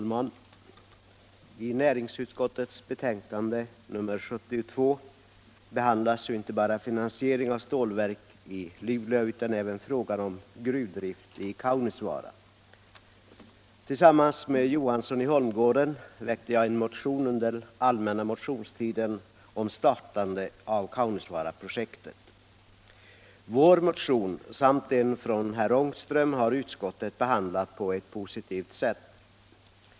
Herr talman! I näringsutskottets betänkande nr 72 behandlas inte bara finansieringen av ett stålverk i Luleå utan även frågan om gruvdrift i Kaunisvaara. Tillsammans med herr Johansson i Holmgården väckte jag under den allmänna motionstiden en motion om startande av Kaunisvaaraprojektet. Vår motion och en motion av herr Ångström har utskottet behandlat positivt.